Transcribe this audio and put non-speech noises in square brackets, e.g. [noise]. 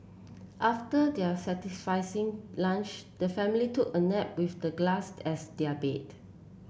after their satisfy [unintelligible] lunch the family took a nap with the glass as their bed